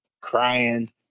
crying